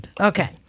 Okay